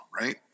right